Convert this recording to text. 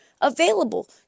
available